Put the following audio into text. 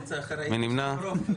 מי נמנע?